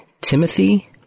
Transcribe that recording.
Timothy